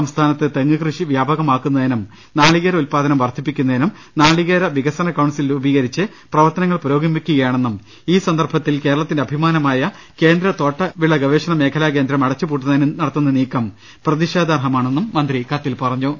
സംസ്ഥാനത്ത് തെങ്ങുകൃഷി വ്യാപകമാ ക്കുന്നതിനും നാളികേര ഉൽപാദനം വർധിപ്പിക്കുന്നതിനും നാളി കേര വികസന സെൽ രൂപീകരിച്ച് പ്രവർത്തനങ്ങൾ പുരോഗമി ക്കുകയാണെന്നും ഈ സന്ദർഭത്തിൽ കേരളത്തിന്റെ അഭിമാനമായ കേന്ദ്ര തോട്ടവിള ഗവേഷണ മേഖലാ കേന്ദ്രം അടച്ചുപൂട്ടുന്നതിന് നടത്തുന്ന നീക്കം പ്രതിഷേധാർഹമാണെന്നും മന്ത്രി കത്തിൽ പറ ഞ്ഞു